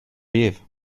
live